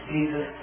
Jesus